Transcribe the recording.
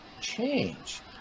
change